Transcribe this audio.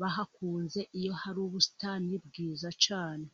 bahakunze iyo hari ubusitani bwiza cyane.